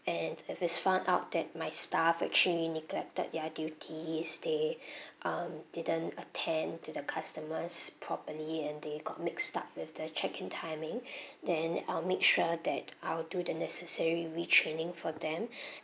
and if it's found out that my staff actually neglected their duties they um didn't attend to the customers properly and they got mixed up with the check in timing then I'll make sure that I'll do the necessary retraining for them